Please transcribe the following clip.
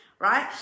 right